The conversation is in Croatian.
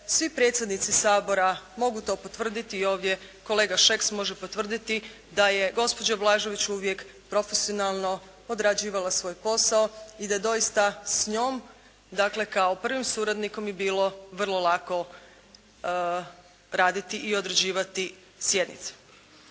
svi predsjednici Sabora mogu to potvrditi. I ovdje kolega Šeks može potvrditi da je gospođa Blažević uvijek profesionalno odrađivala svoj posao i da doista s njom dakle kao prvim suradnikom bi bilo vrlo lako raditi i odrađivati sjednicu.